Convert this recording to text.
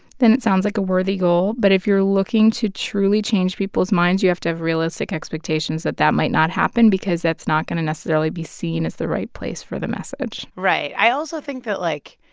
then it sounds like a worthy goal. but if you're looking to truly change people's minds, you have to have realistic expectations that that might not happen because that's not going to necessarily be seen as the right place for the message right. i also think that, like,